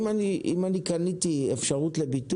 היא לא אמרה את זה, מרגי.